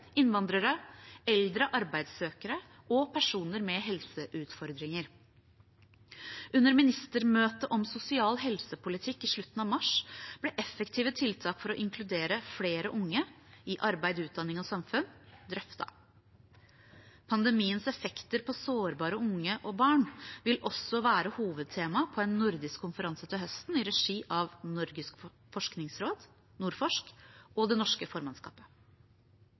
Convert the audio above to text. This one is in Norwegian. innvandrere, eldre arbeidssøkere og personer med helseutfordringer. Under ministermøtet om sosial helsepolitikk i slutten av mars ble effektive tiltak for å inkludere flere unge i arbeid, utdanning og samfunn drøftet. Pandemiens effekter på sårbare barn og unge vil også være hovedtema på en nordisk konferanse til høsten i regi av Norges forskningsråd, NordForsk og det norske formannskapet.